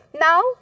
Now